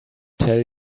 tell